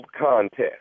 contest